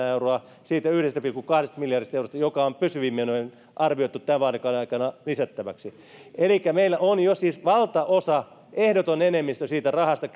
euroa siitä yhdestä pilkku kahdesta miljardista eurosta joka on pysyviin menoihin arvioitu tämän vaalikauden aikana lisättäväksi elikkä meillä on jo valtaosa ehdoton enemmistö käytettävissä siitä rahasta